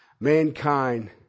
Mankind